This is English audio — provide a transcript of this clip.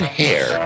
hair